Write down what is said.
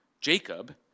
Jacob